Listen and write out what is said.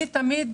אני תמיד